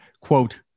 quote